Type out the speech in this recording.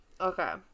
okay